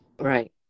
Right